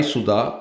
Suda